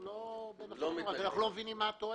זה לא בנפשנו, רק אנחנו לא מבינים מה התועלת.